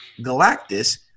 Galactus